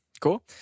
Cool